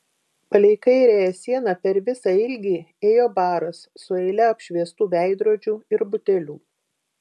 palei kairiąją sieną per visą ilgį ėjo baras su eile apšviestų veidrodžių ir butelių